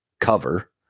cover